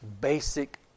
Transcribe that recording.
basic